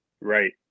Right